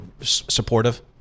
supportive